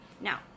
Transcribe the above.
Now